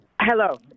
Hello